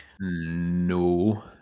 No